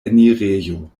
enirejo